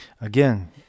Again